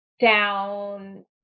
down